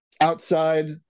outside